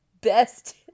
best